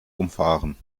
umfahren